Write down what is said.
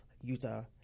Utah